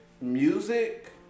music